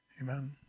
Amen